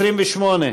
28?